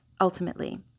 ultimately